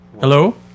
Hello